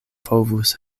povus